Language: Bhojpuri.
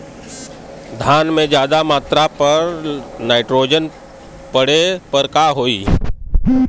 धान में ज्यादा मात्रा पर नाइट्रोजन पड़े पर का होई?